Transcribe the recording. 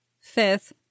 Fifth